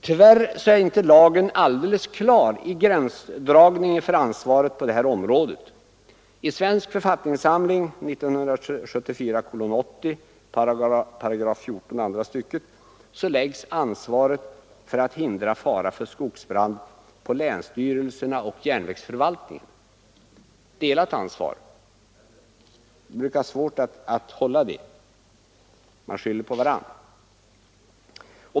Tyvärr är inte lagen alldeles klar i vad gäller gränsdragningen för ansvaret på det här området. I SFS 1974:80, 14 §, andra stycket läggs ansvaret för att hindra fara för skogsbrand på länsstyrelserna och järnvägsförvaltningen — alltså ett delat ansvar. Det brukar vara svårt med ett sådant, man skyller på varandra.